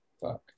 Fuck